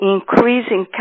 increasing